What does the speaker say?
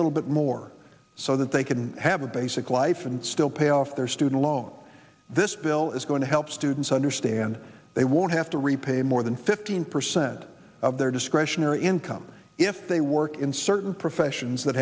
little bit more so that they can have a basic life and still pay off their student loan this bill is going to help students understand they won't have to repay more than fifteen percent of their discretionary income if they work in certain professions that